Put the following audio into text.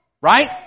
Right